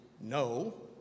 no